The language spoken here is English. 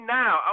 now